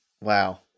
Wow